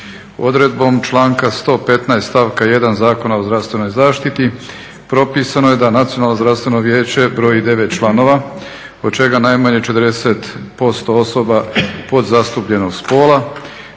Odredbom članka 115.stavka 1. Zakona o zdravstvenoj zaštiti propisano je da Nacionalno zdravstveno vijeće broji 9 članova od čega najmanje 40% osoba podzastupljenog spola